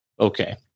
Okay